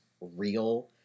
real